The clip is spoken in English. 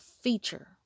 feature